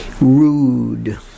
rude